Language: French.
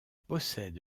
possède